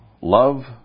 Love